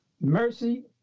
mercy